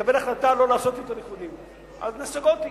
תתקבל החלטה לא לעשות יותר איחודים, אז נסוגותי,